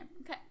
okay